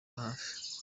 hafi